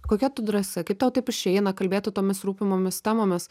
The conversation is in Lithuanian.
kokia tu drąsi kaip tau taip išeina kalbėti tomis rūpimomis temomis